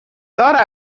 thought